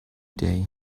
day